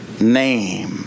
name